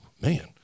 man